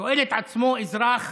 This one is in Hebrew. שואל את עצמו אזרח